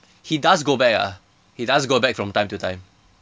he does go back ah he does go back from time to time